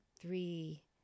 three